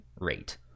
rate